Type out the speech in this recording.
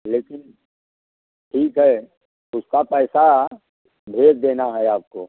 लेकिन ठीक है उसका पैसा भेज देना है आपको